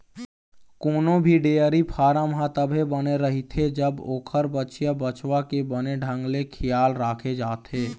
कोनो भी dairy farm ह तभे बने रहिथे जब ओखर बछिया, बछवा के बने ढंग ले खियाल राखे जाथे